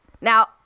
now